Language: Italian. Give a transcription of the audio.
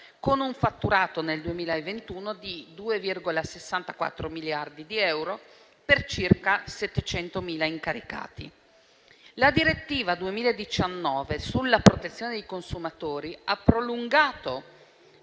con un fatturato nel 2021 di 2,64 miliardi di euro, per circa 700.000 incaricati. La direttiva n. 2161 del 2019 sulla protezione dei consumatori ha prolungato da